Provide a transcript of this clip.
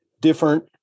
different